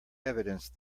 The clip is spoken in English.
evidence